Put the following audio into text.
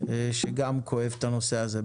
שגם כואב את הנושא הזה.